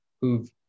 who've